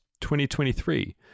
2023